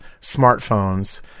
smartphones